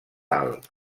alt